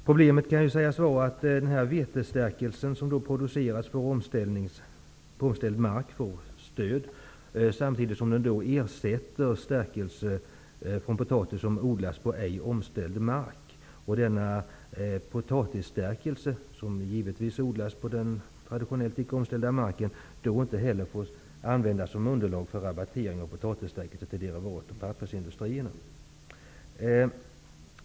Problemet kan sägas vara att produktion av vetestärkelse på omställd mark får stöd, samtidigt som den ersätter stärkelse från potatis som odlas på ej omställd mark. Potatisstärkelsen, som odlas på den traditionella, icke omställda marken, får inte heller användas som underlag för rabattering av potatisstärkelse till derivat och pappersindustrierna.